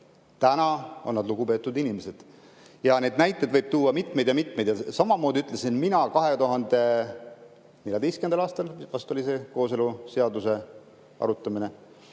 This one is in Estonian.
Täna on nad lugupeetud inimesed. Neid näiteid võib tuua mitmeid ja mitmeid. Mina ütlesin 2014. aastal, vast oli siis see kooseluseaduse arutamine,